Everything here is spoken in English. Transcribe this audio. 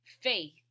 faith